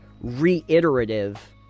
reiterative